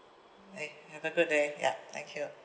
eh have a good day ya thank you